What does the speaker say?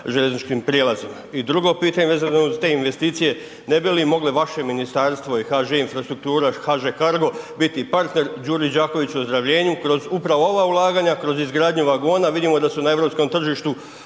željezničkim prijelazima. I drugo pitanje vezano za te investicije, ne bi li moglo vaše ministarstvo i HŽ Infrastruktura i HŽ Cargo biti partner Đuri Đakoviću, ozdravljenju kroz upravo ova ulaganja, kroz izgradnju vagona, vidimo da su na EU tržištu